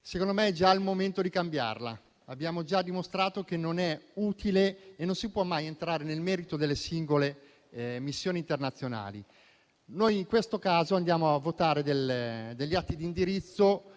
Secondo me, è già il momento di cambiarla. Abbiamo già dimostrato che non è utile e non si può mai entrare nel merito delle singole missioni internazionali. In questo caso, noi andiamo a votare degli atti di indirizzo